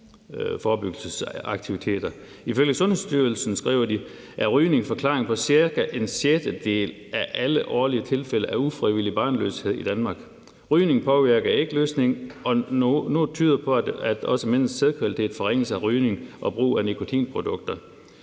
»Ifølge Sundhedsstyrelsen er rygning forklaringen på ca. en sjettedel af alle årlige tilfælde af ufrivillig barnløshed i Danmark. Rygning påvirker ægløsningen, og noget tyder på at også mandens sædkvalitet forringes af rygning og brug af nikotinprodukter.